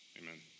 amen